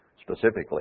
specifically